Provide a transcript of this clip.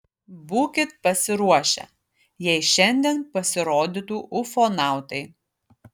būkit pasiruošę jei šiandien pasirodytų ufonautai